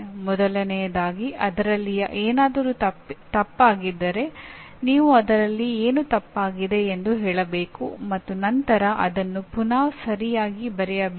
ಮೊದಲನೆಯದಾಗಿ ಅದರಲ್ಲಿ ಏನಾದರೂ ತಪ್ಪಾಗಿದ್ದರೆ ನೀವು ಅದರಲ್ಲಿ ಏನು ತಪ್ಪಾಗಿದೆ ಎಂದು ಹೇಳಬೇಕು ಮತ್ತು ನಂತರ ಅದನ್ನು ಪುನಃ ಸರಿಯಾಗಿ ಬರೆಯಬೇಕು